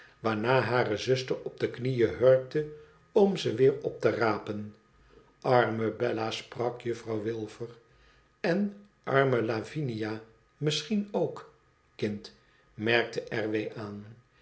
waarna hare zuster op de knieën hurkte om ze weer op te rapen arme bella sprak juffrouw wilfer n arme lavinia misschien ook kind merkte r w aan